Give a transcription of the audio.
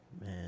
Man